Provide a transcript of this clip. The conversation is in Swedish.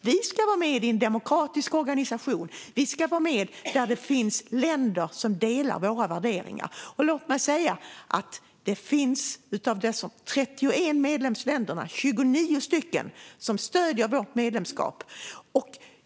Vi ska vara med i en demokratisk organisation. Vi ska vara med där det finns länder som delar våra värderingar. Låt mig säga att av Natos 31 medlemsländer är det 29 stycken som stöder vårt medlemskap.